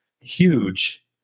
huge